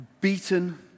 beaten